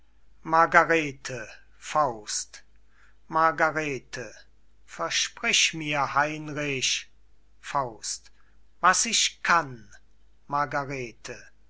margarete faust margarete versprich mir heinrich was ich kann margarete